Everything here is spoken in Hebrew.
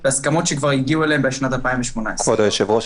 אלו הסכמות שכבר הגיעו אליהן בשנת 2018. כבוד היושב-ראש,